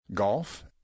Golf